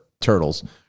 turtles